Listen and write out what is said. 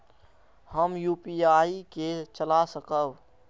हम यू.पी.आई के चला सकब?